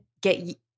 get